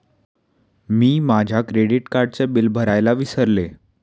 मी माझ्या क्रेडिट कार्डचे बिल भरायला विसरले